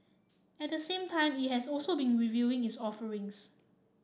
at the same time it has also been reviewing its offerings